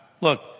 Look